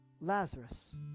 Lazarus